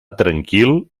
tranquil